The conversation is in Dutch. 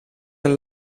een